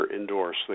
endorse